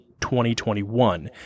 2021